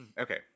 Okay